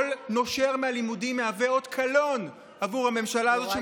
כל נושר מהלימודים מהווה אות קלון לממשלה הזאת,